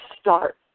start